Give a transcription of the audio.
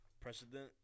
Precedent